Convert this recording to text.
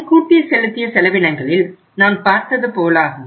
முன்கூட்டி செலுத்திய செலவினங்களில் நாம் பார்த்தது போலாகும்